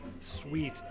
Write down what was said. sweet